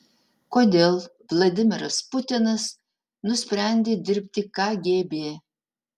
kodėl vladimiras putinas nusprendė dirbti kgb